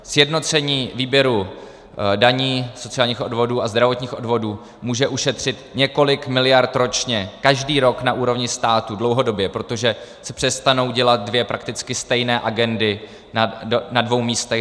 Sjednocení výběru daní, sociálních odvodů a zdravotních odvodů může ušetřit několik miliard ročně, každý rok na úrovni státu dlouhodobě, protože se přestanou dělat dvě prakticky stejné agendy na dvou místech.